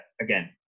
again